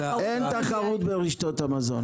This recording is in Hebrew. אין תחרות ברשתות המזון.